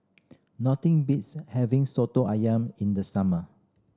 nothing beats having Soto Ayam in the summer